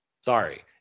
sorry